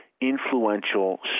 influential